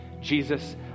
Jesus